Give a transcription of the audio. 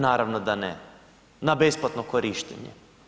Naravno da ne, na besplatno korištenje.